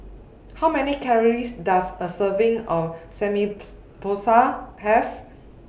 How Many Calories Does A Serving of Samgyeopsal Have